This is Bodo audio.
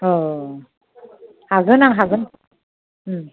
औ हागोन आं हागोन